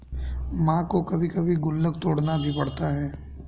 मां को कभी कभी गुल्लक तोड़ना भी पड़ता है